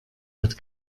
hat